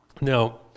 Now